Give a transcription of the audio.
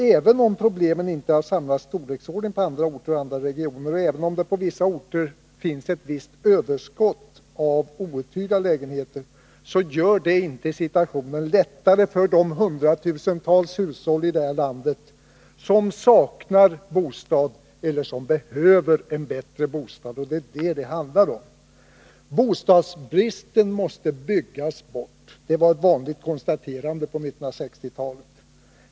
Även om problemen inte är av samma storleksordning på andra orter och i andra regioner och även om det på vissa orter finns ett visst överskott av outhyrda lägenheter, gör inte det situationen lättare för de hundratusentals hushåll som saknar egen bostad eller som behöver en bättre bostad. Det är det som det handlar om. Bostadsbristen måste byggas bort. Det var ett vanligt konstaterande på 1960-talet.